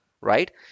right